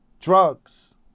drugs